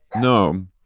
no